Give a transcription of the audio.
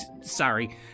sorry